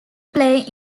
play